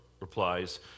replies